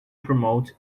promote